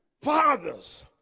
Fathers